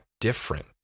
different